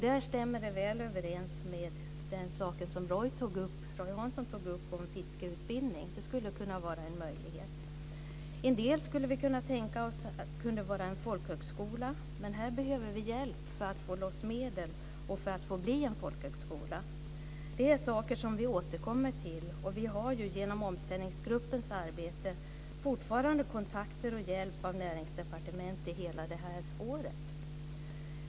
Det stämmer väl överens med den sak som Roy Hansson tog upp om fiskeutbildning. Det skulle kunna vara en möjlighet. Vi skulle kunna tänka oss att en del skulle kunna vara en folkhögskola, men här behöver vi hjälp för att få loss medel och för att få bli en folkhögskola. Det är saker som vi återkommer till. Vi har ju, genom omställningsgruppens arbete, fortfarande kontakter med och hjälp av Näringsdepartementet hela det här året.